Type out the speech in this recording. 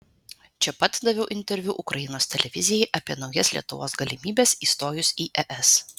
čia pat daviau interviu ukrainos televizijai apie naujas lietuvos galimybes įstojus į es